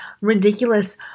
ridiculous